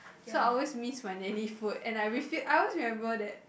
so I always miss my nanny food and I refu~ I always remember that